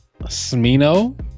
Smino